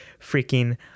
freaking